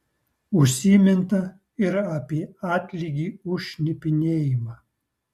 užsiminta ir apie atlygį už šnipinėjimą